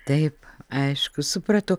taip aišku supratau